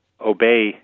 obey